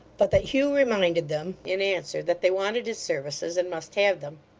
but that hugh reminded them, in answer, that they wanted his services, and must have them.